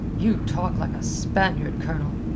you talk like a spaniard, colonel,